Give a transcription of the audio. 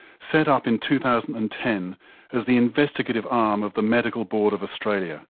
set up in two thousand and ten as the investigative arm of the medical board of australia.